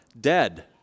dead